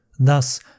Thus